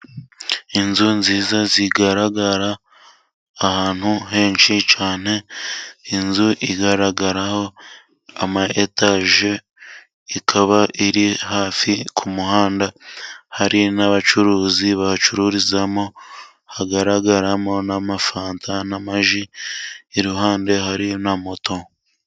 Inzu nziza zigaragara ahantu henshi cyane, inzu igaragaraho ama etaje, ikaba iri hafi ku muhanda, hari n'abacuruzi bacururizamo hagaragaramo n'amafanta n'amaji, iruhande hari na moto.